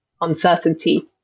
uncertainty